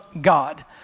God